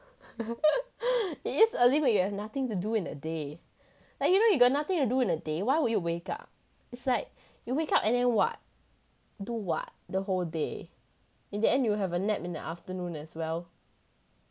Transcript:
it early when you have nothing to do in a day like you know you got nothing to do in a day why would you wake up it's like you wake up and then what do what the whole day in the end you will have a nap in the afternoon as well